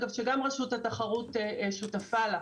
שגם רשות התחרות שותפה לה.